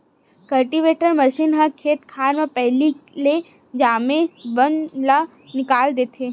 cultivator machine ह खेत खार म पहिली ले जामे बन ल निकाल देथे